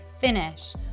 finish